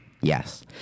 Yes